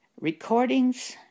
recordings